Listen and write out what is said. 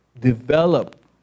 develop